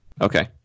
okay